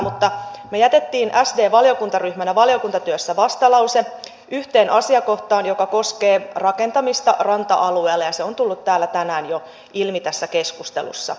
mutta me jätimme sd valiokuntaryhmänä valiokuntatyössä vastalauseen yhteen asiakohtaan joka koskee rakentamista ranta alueella ja se on tullut täällä tänään jo ilmi tässä keskustelussa